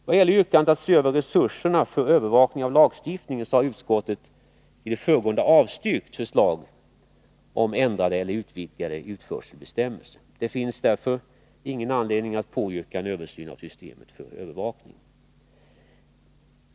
Vad gäller yrkandet om att se över resurserna för övervakning av lagstiftningen, har utskottet i det föregående avstyrkt förslag om ändrade eller utvidgade utförselbestämmelser. Det finns därför ingen anledning att påyrka en översyn av systemet för övervakning.